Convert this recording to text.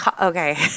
okay